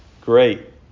great